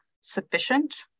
sufficient